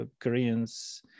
Koreans